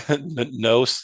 no